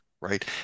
right